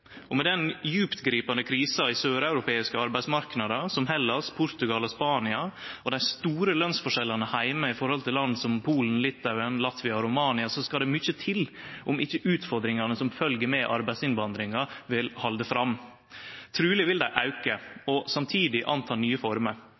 Og med den djuptgripande krisa i søreuropeiske arbeidsmarknader, som Hellas, Portugal og Spania, og dei store lønsforskjellane heime i forhold til land som Polen, Litauen, Latvia og Romania, skal det mykje til om ikkje utfordringane som følgjer med arbeidsinnvandringa, vil halde fram. Truleg vil dei auke